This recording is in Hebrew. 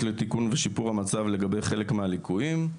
לתיקון ושיפור המצב לגבי חלק מהליקויים.